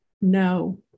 No